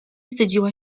wstydziła